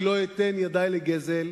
אני לא אתן ידי לגזל,